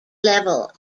level